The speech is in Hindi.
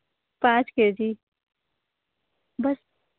पाँच के जी बस